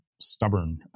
stubborn